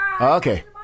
Okay